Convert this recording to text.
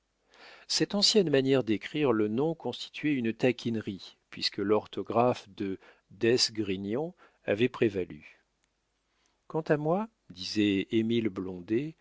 cette ancienne manière d'écrire le nom constituait une taquinerie puisque l'orthographe de d'esgrignon avait prévalu quant à moi disait émile blondet